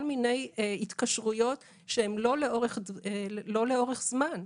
כל מיני התקשרויות שהן לא לאורך זמן.